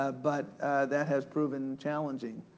ah but that has proven challenging.